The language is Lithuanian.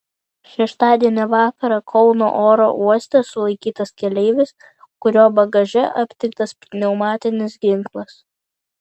šeštadienio vakarą kauno oro uoste sulaikytas keleivis kurio bagaže aptiktas pneumatinis ginklas